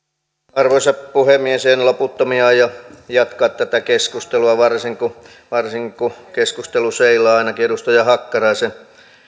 arvoisa puhemies en loputtomiin aio jatkaa tätä keskustelua varsinkin kun varsinkin kun keskustelu seilaa ainakin edustaja hakkaraisen